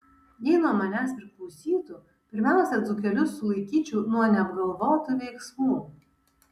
jei nuo manęs priklausytų pirmiausia dzūkelius sulaikyčiau nuo neapgalvotų veiksmų